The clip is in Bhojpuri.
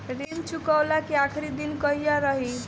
ऋण चुकव्ला के आखिरी दिन कहिया रही?